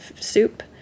soup